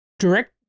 direct